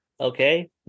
Okay